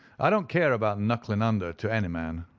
i don't care about knuckling under to any man,